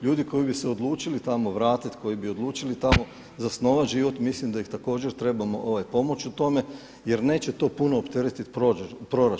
Ljudi koji bi se odlučili tamo vratiti, koji bi odlučili tamo zasnovat život mislim da im također trebamo pomoći u tome, jer neće to puno proračun.